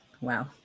Wow